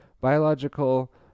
biological